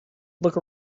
look